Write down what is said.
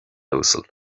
uasal